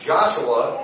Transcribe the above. Joshua